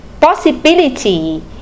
possibility